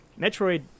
Metroid